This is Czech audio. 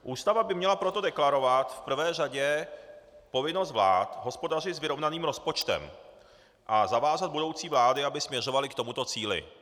Ústava by měla proto deklarovat v prvé řadě povinnost vlád hospodařit s vyrovnaným rozpočtem a zavázat budoucí vlády, aby směřovaly k tomuto cíli.